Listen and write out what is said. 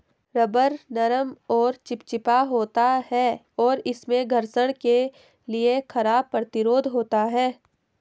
rubber नरम और चिपचिपा होता है, और इसमें घर्षण के लिए खराब प्रतिरोध होता है